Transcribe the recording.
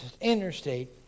interstate